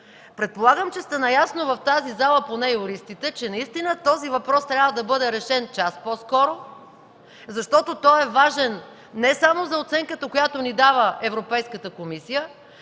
Предполагам, че поне юристите в залата сте наясно, че наистина този въпрос трябва да бъде решен час по-скоро, защото той е важен не само за оценката, която ни дава Европейската комисия,